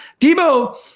debo